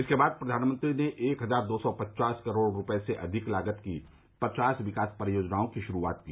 इसके बाद प्रधानमंत्री ने एक हजार दो सौ पचास करोड़ रुपये से अधिक लागत की पचास विकास परियोजनाओं की शुरूआत की